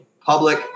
public